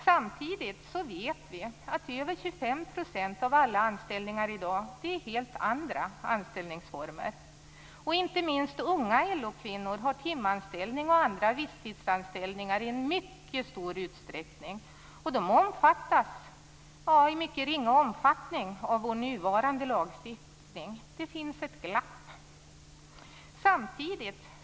Samtidigt vet vi att mer än 25 % av alla anställningar i dag är helt andra anställningsformer. Inte minst unga LO-kvinnor har i mycket stor utsträckning timanställning eller annan visstidsanställning som i ringa omfattning omfattas av vår nuvarande lagstiftning. Det finns ett glapp här.